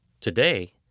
Today